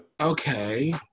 Okay